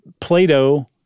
Plato